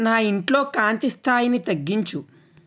నా ఇంట్లో కాంతి స్థాయిని తగ్గించు